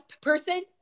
person